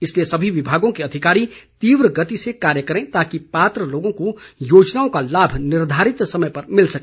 इसलिए सभी विभागों के अधिकारी तीव्र गति से कार्य करें ताकि पात्र लोगों को योजनाओं का लाभ निर्धारित समय पर मिल सके